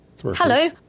hello